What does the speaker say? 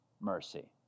mercy